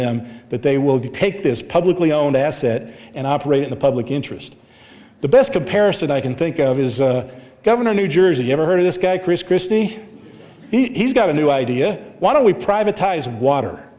them that they will depict this publicly owned asset and operate in the public interest the best comparison i can think of is the governor of new jersey ever heard of this guy chris christie he's got a new idea why don't we privatized water